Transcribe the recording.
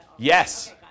Yes